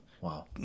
Wow